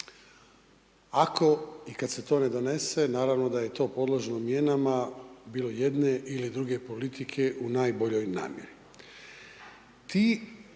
Ako, i kad se to ne donese, naravno da je to podložno mijenama bilo jedne ili druge politike u najboljoj namjeri.